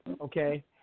Okay